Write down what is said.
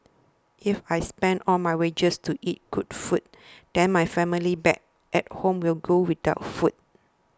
if I spend all my wages to eat good food then my family back at home will go without food